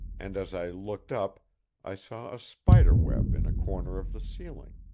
and as i looked up i saw a spider-web in a corner of the ceiling.